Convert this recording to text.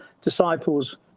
disciples